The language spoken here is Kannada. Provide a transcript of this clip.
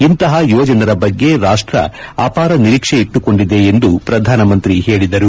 ಇಂಥ ಯುವಜನರ ಬಗ್ಗೆ ರಾಷ್ಟ್ರ ಅಪಾರ ನಿರೀಕ್ಷೆ ಇಟ್ಟುಕೊಂಡಿದೆ ಎಂದು ಪ್ರಧಾನಮಂತ್ರಿ ಹೇಳಿದರು